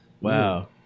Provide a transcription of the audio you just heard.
Wow